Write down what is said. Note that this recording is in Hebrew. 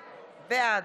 תודה, סמי.